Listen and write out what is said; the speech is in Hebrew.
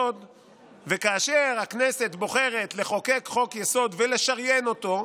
כאשר הכנסת בוחרת לחוקק חוק-יסוד ולשריין אותו,